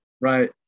right